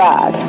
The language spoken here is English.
God